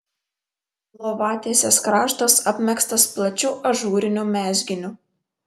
lovatiesės kraštas apmegztas plačiu ažūriniu mezginiu